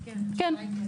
כן.